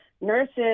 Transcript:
nurses